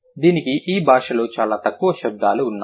దీనికి ఈ భాషలో చాలా తక్కువ శబ్దాలు ఉన్నాయి